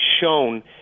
shown